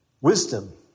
Wisdom